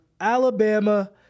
Alabama